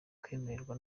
kwemerwa